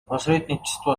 посредничество